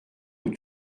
aux